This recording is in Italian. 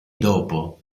dopo